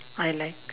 I like